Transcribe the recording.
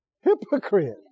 Hypocrite